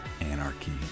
anarchy